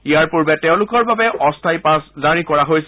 ইয়াৰ পূৰ্বে তেওঁলোকৰ বাবে অস্থায়ী পাছ জাৰি কৰা হৈছিল